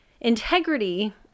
Integrity